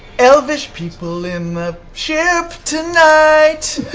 elvish people in the ship tonight,